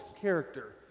character